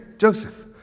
Joseph